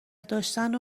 داشتن